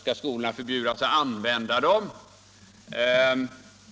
Skall skolorna förbjudas använda dem?